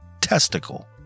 testicle